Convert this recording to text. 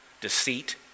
deceit